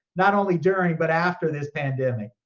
not only during, but after this pandemic.